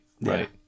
right